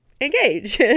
engage